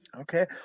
Okay